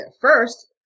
first